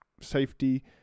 safety